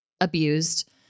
abused